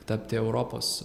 tapti europos